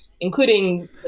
including